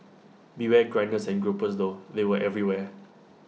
beware grinders and gropers though they were everywhere